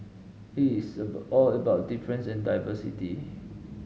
it's all about difference and diversity